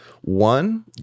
one